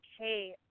okay